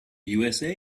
usa